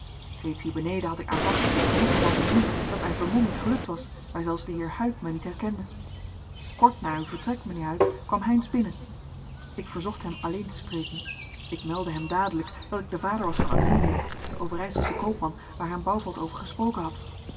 reeds hier beneden had ik aanvankelijk het genoegen van te zien dat mijn vermomming gelukt was daar zelfs de heer huyck mij niet herkende kort na uw vertrek mijnheer huyck kwam heynsz binnen ik verzocht hem alleen te spreken ik meldde hem dadelijk dat ik de vader was van amelia de overijselsche koopman waar hem bouvelt over gesproken had